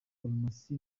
farumasi